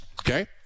Okay